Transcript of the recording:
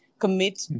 commit